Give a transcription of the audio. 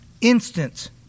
Instant